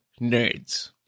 nerds